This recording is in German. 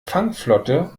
fangflotte